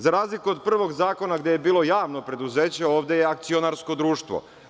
Za razliku od prvog zakona, gde je bilo javno preduzeće, ovde je akcionarsko društvo.